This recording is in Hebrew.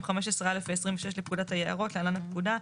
15א' ו-26 לפקודת היערות (להלן הפקודה),